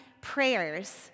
prayers